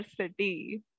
city